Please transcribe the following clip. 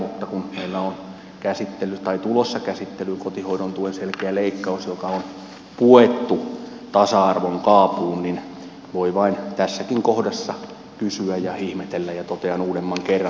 mutta kun meillä on tulossa käsittelyyn kotihoidon tuen selkeä leikkaus joka on puettu tasa arvon kaapuun niin voi vain tässäkin kohdassa kysyä ja ihmetellä ja totean uudemman kerran